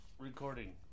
recording